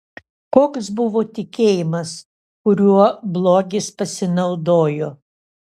koks buvo tikėjimas kuriuo blogis pasinaudojo